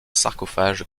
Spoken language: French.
sarcophage